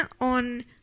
on